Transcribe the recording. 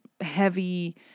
heavy